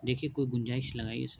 دیکھیے کوئی گنجائش لگائیے سر